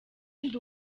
ndi